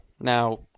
Now